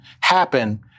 happen